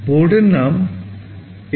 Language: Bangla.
বোর্ডের নাম STM32F401